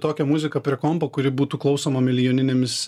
tokią muziką prie kompo kuri būtų klausoma milijoninėmis